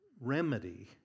remedy